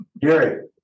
Gary